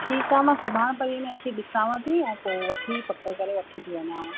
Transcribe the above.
ठीकु आहे मां सुभाणे पणीह में अची ॾिसांव थी ऐं पोइ वठी पको करे वठी थी वञांव